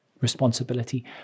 responsibility